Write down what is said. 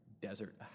desert